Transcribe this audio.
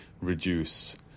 reduce